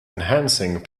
enhancing